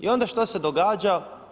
I onda šta se događa?